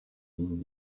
dient